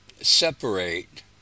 separate